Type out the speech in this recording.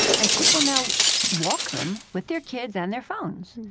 and people now walk them with their kids and their phones,